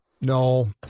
No